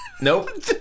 Nope